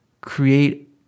create